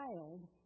child